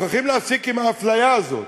מוכרחים להפסיק עם האפליה הזאת.